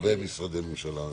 ומשרדי הממשלה.